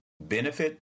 benefit